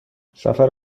سفر